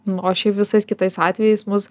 nu o šiaip visais kitais atvejais mus